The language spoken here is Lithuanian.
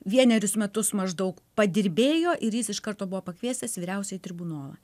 vienerius metus maždaug padirbėjo ir jis iš karto buvo pakviestas į vyriausiąjį tribunolą